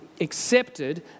accepted